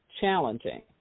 challenging